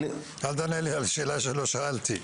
אל תענה לי על שאלה שלא שאלתי.